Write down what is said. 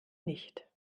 nicht